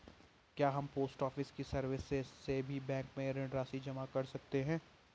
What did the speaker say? क्या हम post office की सर्विस से भी बैंक में ऋण राशि जमा कर सकते हैं?